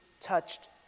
touched